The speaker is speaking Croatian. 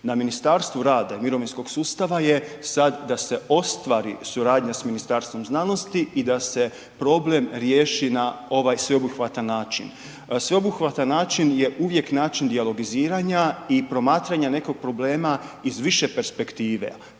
Na Ministarstvu rada i mirovinskog sustava je sad da se ostvari suradnja s Ministarstvom znanosti i da se problem riješi na ovaj sveobuhvatan način. Sveobuhvatan način je uvijek način dijalogiziranja i promatranja nekog problema iz više perspektiva,